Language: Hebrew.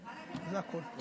מה לגבי השאלה שלי?